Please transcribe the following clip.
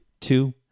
two